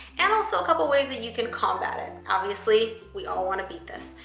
and also a couple ways that you can combat it. obviously, we all want to beat this.